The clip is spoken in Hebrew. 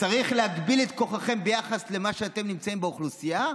צריך להגביל את כוחכם ביחס למה שאתם באוכלוסייה?